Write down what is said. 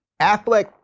Affleck